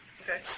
Okay